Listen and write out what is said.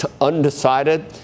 undecided